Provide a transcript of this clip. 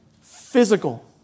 physical